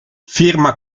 firma